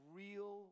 real